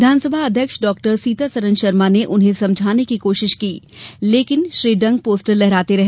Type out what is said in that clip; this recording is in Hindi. विधानसभा अध्यक्ष डॉक्टर सीतासरन शर्मा ने उन्हें समझाने की कोशिश की लेकिन श्री डंग पोस्टर लहराते रहे